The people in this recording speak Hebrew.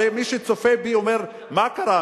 הרי מי שצופה בי אומר: מה קרה?